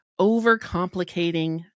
overcomplicating